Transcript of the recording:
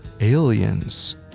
aliens